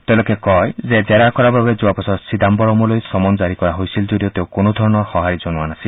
তেওঁলোকে কয় যে জেৰা কৰাৰ বাবে যোৱা বছৰ চিদাম্বৰমলৈ চমন জাৰি কৰা হৈছিল যদিও তেওঁ কোনো ধৰণৰ সঁহাৰি জনোৱা নাছিল